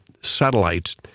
satellites